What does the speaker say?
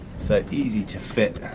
so easy to fit,